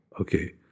okay